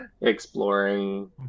exploring